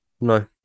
No